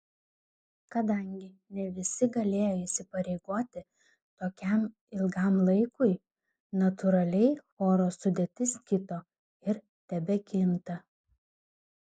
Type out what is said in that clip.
kadangi ne visi galėjo įsipareigoti tokiam ilgam laikui natūraliai choro sudėtis kito ir tebekinta